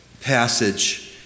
passage